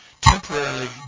temporarily